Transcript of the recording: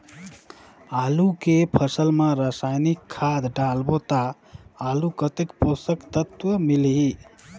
आलू के फसल मा रसायनिक खाद डालबो ता आलू कतेक पोषक तत्व मिलही?